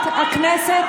לכו הביתה.